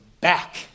back